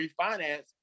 refinance